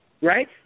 right